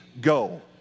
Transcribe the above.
go